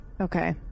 Okay